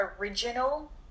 Original